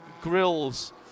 grills